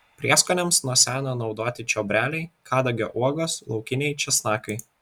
prieskoniams nuo seno naudoti čiobreliai kadagio uogos laukiniai česnakai